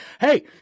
Hey